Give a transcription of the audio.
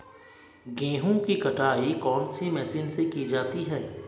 गेहूँ की कटाई कौनसी मशीन से की जाती है?